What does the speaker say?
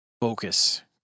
focus